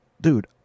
dude